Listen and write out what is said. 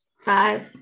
Five